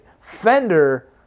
Fender